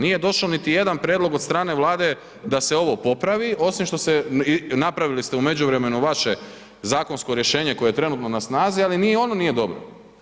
Nije došao niti jedan prijedlog od strane Vlade da se ovo popravi, osim što se, napravili ste u međuvremenu vaše zakonsko rješenje koje je trenutno na snazi, ali ni ono nije dobro.